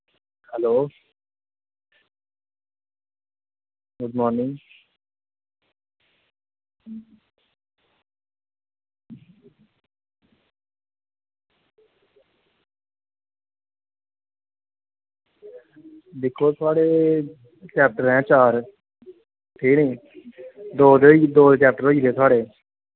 hello good morning दिक्खो साढ़े centre ऐं चार ठीक ऐ नी दो सैटल होई दे साढ़े